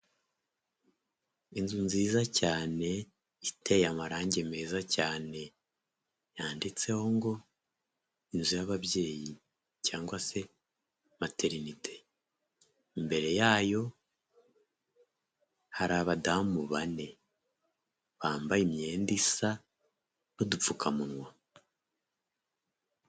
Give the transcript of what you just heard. Inzu nziza cyane iteye amarangi meza cyane, yanditseho ngo inzu y'ababyeyi cyangwa se materinite, imbere yayo hari abadamu bane bambaye imyenda isa n'udupfukamunwa.